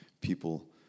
people